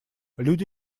люди